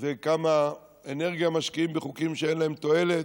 וכמה אנרגיה משקיעים בחוקים שאין בהם תועלת,